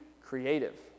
creative